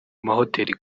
amahoteli